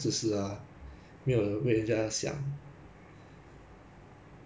ya lah like it's not just you busy what like you think everyone else not busy meh